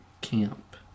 Camp